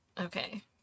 Okay